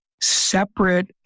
separate